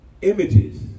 images